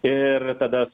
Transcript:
ir tada